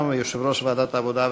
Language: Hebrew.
יושב-ראש ועדת העבודה,